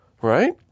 Right